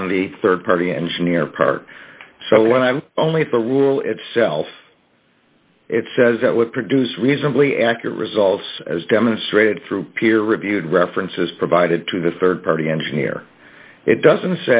on the rd party engineer part so when i'm only for will itself it says that would produce reasonably accurate results as demonstrated through peer reviewed references provided to the rd party engineer it doesn't